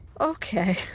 Okay